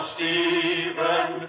Stephen